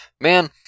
Man